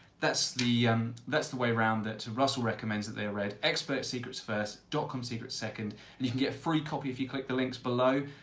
that's the um that's the way round that russell recommends that they are read, expert secrets first, dotcom secrets second and you can get a free copy if you click the links below.